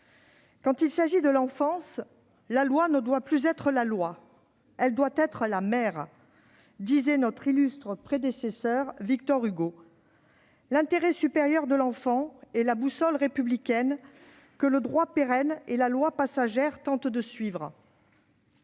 « Quand il s'agit des enfants, la loi ne doit plus être la loi ; elle doit être la mère », disait Victor Hugo, notre illustre prédécesseur. L'intérêt supérieur de l'enfant est la boussole républicaine que le droit pérenne et la loi passagère tentent de suivre.